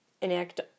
enact